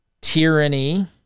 tyranny